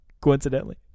Coincidentally